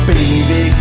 Baby